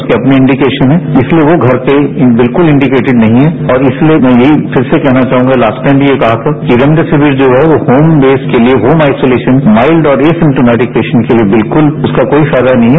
उसके अपने इंडिकेशन हैं इसलिए वो घर पर बिल्कुल इंडिकेटेड नहीं हैं और इसलिए मैं यही फिर से कहना चाहूंगा कि लास्ट टाइम भी ये कहा था कि रेमडेसिविर जो है यो होम बेस के लिए होम आइसोलेशन माइल्ड और एसिम्टोमेटिक पेशेंट के लिए बिल्कुल उसका कोई फायदा नहीं है